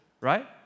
right